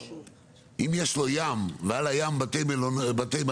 שאם יש לו ים ועל הים בתי מלון,